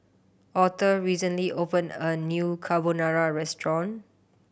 Author recently opened a new Carbonara Restaurant